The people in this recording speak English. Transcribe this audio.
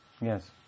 Yes